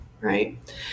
right